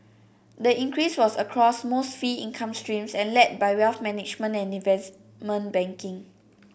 the increase was across most fee income streams and led by wealth management and investment banking